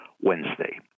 Wednesday